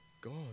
God